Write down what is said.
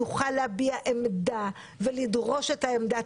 יוכל להביע עמדה ולדרוש את העמדה.